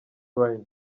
wine